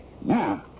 Now